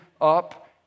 up